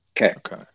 Okay